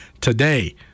today